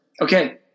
Okay